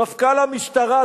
מפכ"ל המשטרה,